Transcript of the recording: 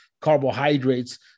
carbohydrates